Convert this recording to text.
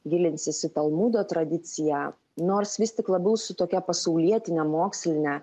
gilinsis į talmudo tradiciją nors vis tik labiau su tokia pasaulietine moksline